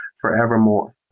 forevermore